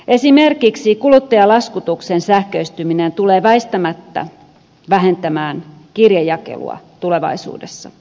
esimerkiksi kuluttajalaskutuksen sähköistyminen tulee väistämättä vähentämään kirjejakelua tulevaisuudessa